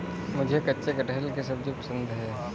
मुझे कच्चे कटहल की सब्जी पसंद है